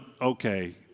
okay